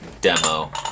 demo